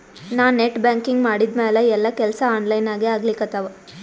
ನಾ net banking ಮಾಡಿದ್ಮ್ಯಾಲ ಎಲ್ಲಾ ಕೆಲ್ಸಾ ಆನ್ಲೈನಾಗೇ ಆಗ್ಲಿಕತ್ತಾವ